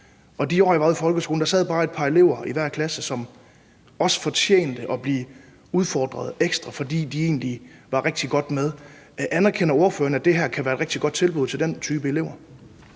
derude i folkeskolen sad der bare et par elever i hver klasse, som også fortjente at blive udfordret ekstra, fordi de egentlig var rigtig godt med. Anerkender ordføreren, at det her kan være et rigtig godt tilbud til den type elever?